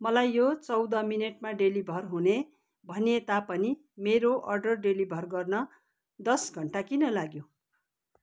मलाई यो चौध मिनटमा डेलिभर हुने भनिए तापनि मेरो अर्डर डेलिभर गर्न दस घन्टा किन लाग्यो